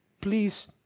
please